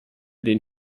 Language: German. den